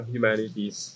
Humanities